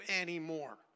anymore